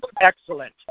excellent